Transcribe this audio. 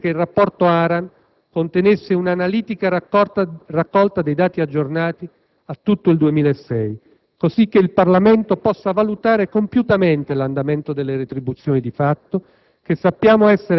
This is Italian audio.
Vorremmo invece che il rapporto ARAN contenesse un'analitica raccolta dei dati aggiornati a tutto il 2006 così che il Parlamento possa valutare compiutamente l'andamento delle retribuzioni di fatto